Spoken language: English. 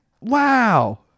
Wow